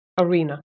arena